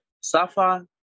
SAFA